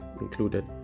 included